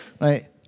right